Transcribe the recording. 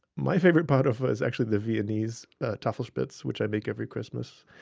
my favorite pot au feu is actually the viennese tafelspitz, which i make every christmas.